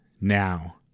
now